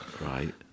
right